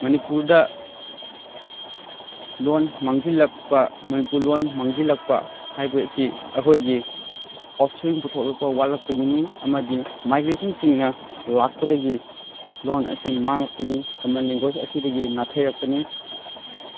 ꯃꯅꯤꯄꯨꯔꯗ ꯂꯣꯟ ꯃꯥꯡꯁꯤꯜꯂꯛꯄ ꯃꯅꯤꯄꯨꯔ ꯂꯣꯟ ꯃꯥꯡꯁꯤꯜꯂꯛꯄ ꯍꯥꯏꯕ ꯑꯁꯤ ꯑꯩꯈꯣꯏꯒꯤ ꯑꯣꯞꯁꯄ꯭ꯔꯤꯡ ꯄꯨꯊꯣꯔꯛꯄ ꯋꯥꯠꯂꯛꯄꯒꯤꯅꯤ ꯑꯃꯗꯤ ꯃꯥꯏꯒ꯭ꯔꯦꯁꯟꯁꯤꯡꯅ ꯂꯥꯛꯄꯗꯒꯤ ꯂꯣꯟ ꯑꯁꯤ ꯃꯥꯡꯂꯛꯄꯅꯤ ꯀꯃꯟ ꯂꯦꯡꯒ꯭ꯋꯦꯁ ꯑꯁꯤꯗꯒꯤ ꯅꯥꯊꯩꯔꯛꯄꯅꯤ